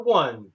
one